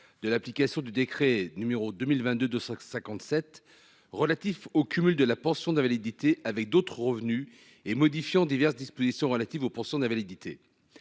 de l'application du décret numéro 2022 de 57 relatifs au cumul de la pension d'invalidité avec d'autres revenus et modifiant diverses dispositions relatives aux pensions d'invalidité.